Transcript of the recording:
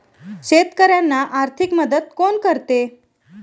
शेतकऱ्यांना आर्थिक मदत कोण करते?